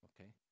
Okay